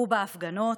הוא בהפגנות,